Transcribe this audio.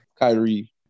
Kyrie